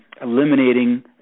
eliminating